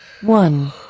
one